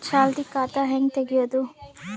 ಚಾಲತಿ ಖಾತಾ ಹೆಂಗ್ ತಗೆಯದು?